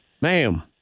Ma'am